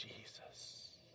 Jesus